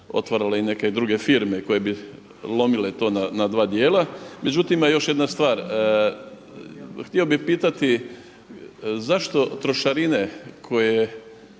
otvarale i neke druge firme koje bi lomile to na dva dijela. Međutim, ima još jedna stvar. Htio bih pitati zašto trošarine koje